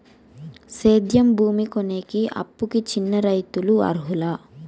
సేద్యం భూమి కొనేకి, అప్పుకి చిన్న రైతులు అర్హులా?